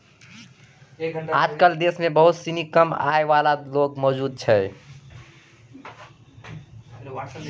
आजकल देश म बहुत सिनी कम आय वाला लोग मौजूद छै